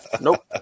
Nope